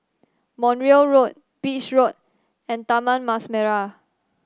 Montreal Road Beach View and Taman Mas Merah